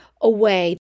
away